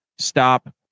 stop